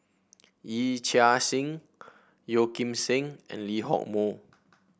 Yee Chia Hsing Yeo Kim Seng and Lee Hock Moh